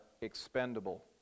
expendable